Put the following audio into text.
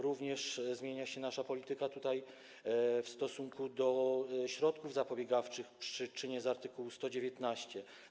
Również zmienia się nasza polityka w stosunku do środków zapobiegawczych przy czynie z art. 119.